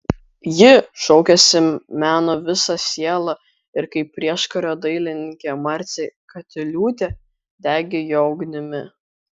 ji šaukėsi meno visa siela ir kaip prieškario dailininkė marcė katiliūtė degė jo ugnimi